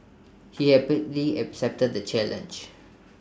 he happily accepted the challenge